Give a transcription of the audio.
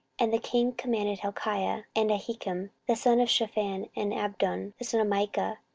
and the king commanded hilkiah, and ahikam the son of shaphan, and abdon the son of micah,